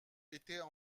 étaient